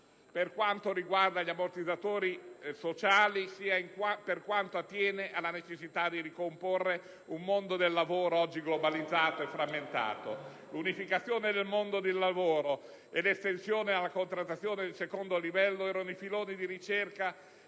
per quanto riguarda gli ammortizzatori sociali, sia per quanto attiene alla necessità di ricomporre un mondo del lavoro oggi globalizzato e frammentato. L'unificazione del mondo del lavoro e l'estensione della contrattazione di secondo livello erano i filoni di ricerca